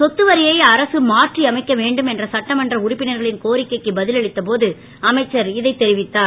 சொத்து வரியை அரசு மாற்றியமைக்க வேண்டும் என்ற சட்டமன்ற உறுப்பினர்களின் கோரிக்கைக்கு பதில் அளித்து போது அமைச்சர் இதை தெரிவித்தார்